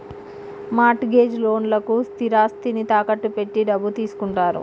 mart gauge లోన్లకు స్థిరాస్తిని తాకట్టు పెట్టి డబ్బు తీసుకుంటారు